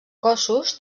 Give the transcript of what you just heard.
cossos